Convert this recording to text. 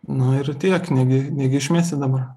na ir tiek negi negi išmesi dabar